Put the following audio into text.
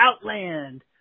Outland